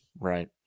right